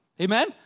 Amen